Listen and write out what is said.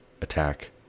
attack